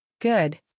Good